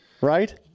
right